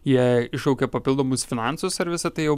jie iššaukia papildomus finansus ar visa tai jau